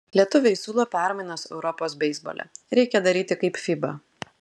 lietuviai siūlo permainas europos beisbole reikia daryti kaip fiba